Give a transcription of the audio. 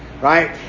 Right